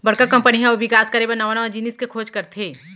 बड़का कंपनी ह अउ बिकास करे बर नवा नवा जिनिस के खोज करथे